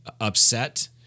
upset